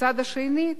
ומהצד השני,